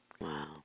Wow